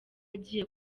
agiye